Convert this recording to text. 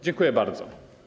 Dziękuję bardzo.